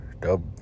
Dub